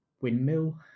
windmill